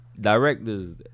directors